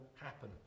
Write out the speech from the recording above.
happen